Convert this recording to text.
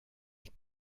est